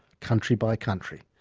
country by country.